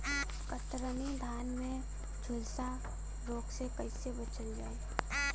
कतरनी धान में झुलसा रोग से कइसे बचल जाई?